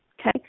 Okay